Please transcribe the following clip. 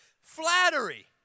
Flattery